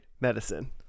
medicine